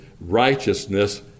righteousness